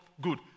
good